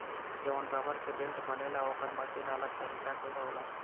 जवन रबड़ के बेल्ट बनेला ओकर मशीन अलग तरीका के होला